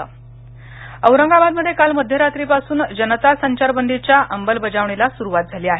औरंगाबाद औरंगाबादमध्ये काल मध्यरात्रीपासून जनता संचारबंदीच्या अंमलबजावणीला सुरुवात झाली आहे